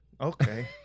Okay